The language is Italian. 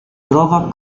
trova